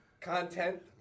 content